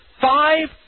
five